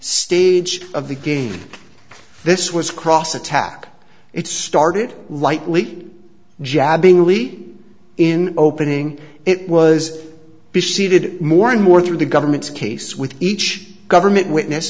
stage of the game this was cross attack it started lightly jabbing leap in opening it was seated more and more through the government's case with each government witness